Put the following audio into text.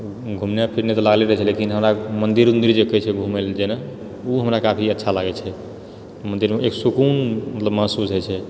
घुमनाइ फिरनायइ तऽ लागले रहैत छै लेकिन हमरा मन्दिर उन्दिर जे कहैत छै घुमए लऽ जेनाए ओ हमरा काफी अच्छा लागैत छै मन्दिरमे एक सुकून मतलब महसूस होइत छै